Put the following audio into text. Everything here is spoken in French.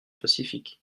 pacifique